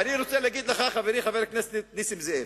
אני רוצה להגיד לך, חברי חבר הכנסת נסים זאב,